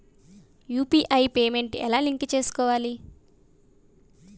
UPI payment ఎలా link చేసుకోవాలి?